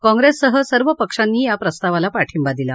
काँग्रेससह सर्व पक्षांनी या प्रस्तावाला पाठिंबा दिला